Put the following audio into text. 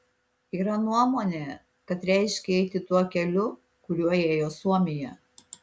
yra nuomonė kad reiškia eiti tuo keliu kuriuo ėjo suomija